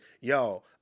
yo